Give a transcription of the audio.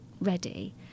ready